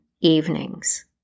evenings